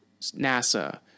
NASA